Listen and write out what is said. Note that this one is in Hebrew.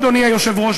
אדוני היושב-ראש,